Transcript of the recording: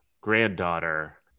granddaughter